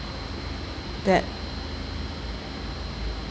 that